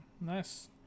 nice